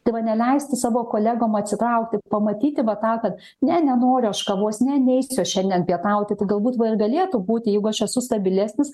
tai va neleisti savo kolegom atsitraukti pamatyti vat tą kad ne nenoriu aš kavos ne neisiu aš šiandien pietauti tai galbūt va ir galėtų būti jeigu aš esu stabilesnis